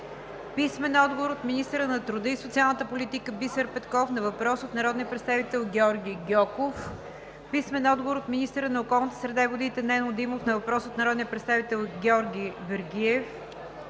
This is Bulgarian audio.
Стойнев; - министъра на труда и социалната политика Бисер Петков на въпрос от народния представител Георги Гьоков; - министъра на околната среда и водите Нено Димов на въпрос от народния представител Георги Вергиев;